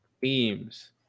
themes